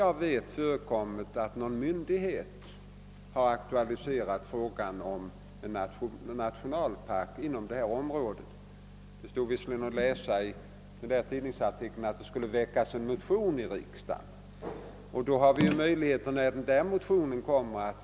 Någon myndighet har emellertid inte såvitt jag vet aktualiserat frågan om en nationalpark inom detta område. I tidningsartikeln stod att det skulle väckas en motion i riksdagen, och när så sker har vi möjlighet att diskutera frågan.